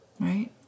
right